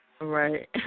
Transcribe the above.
Right